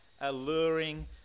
alluring